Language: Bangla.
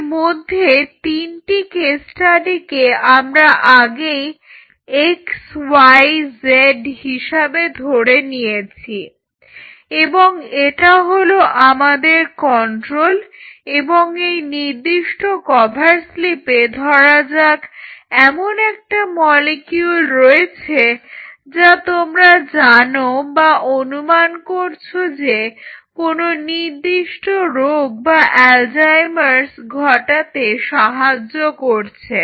এরমধ্যে তিনটি কেস ষ্টাডিকে আমরা আগেই x y z হিসাবে ধরে নিয়েছি এবং এটা হলো তোমাদের কন্ট্রোল এবং এই নির্দিষ্ট কভার স্লিপে ধরা যাক এমন মলিকিউল রয়েছে যা তোমরা জানো বা অনুমান করছ যে কোনো নির্দিষ্ট রোগ বা অ্যালজাইমারস ঘটাতে সাহায্য করছে